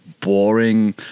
boring